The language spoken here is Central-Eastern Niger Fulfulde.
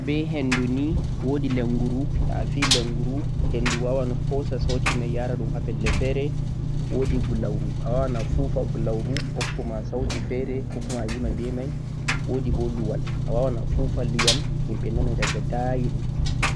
koh naftirta be hendu nii wodi lenguru, wodi gulauru wodi luwal